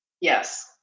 Yes